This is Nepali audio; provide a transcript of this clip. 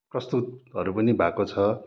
प्रस्तुतहरू पनि भएको छ